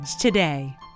today